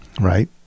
Right